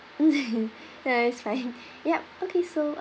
mmhmm no it's fine yup okay so uh